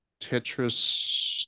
Tetris